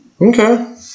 Okay